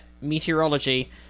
meteorology